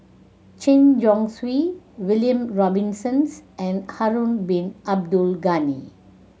Chen Chong Swee William Robinson's and Harun Bin Abdul Ghani